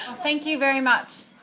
thank you very much.